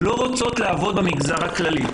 לא רוצות לעבוד במגזר הכללי,